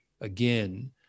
again